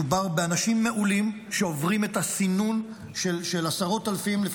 מדובר באנשים מעולים שעוברים את הסינון של עשרות אלפי מצביעים,